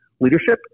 leadership